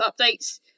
updates